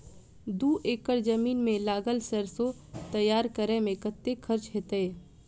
दू एकड़ जमीन मे लागल सैरसो तैयार करै मे कतेक खर्च हेतै?